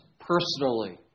personally